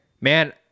Man